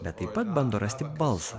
bet taip pat bando rasti balsą